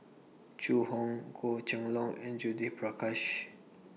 Zhu Hong Goh Kheng Long and Judith Prakash